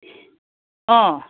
অঁ